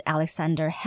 Alexander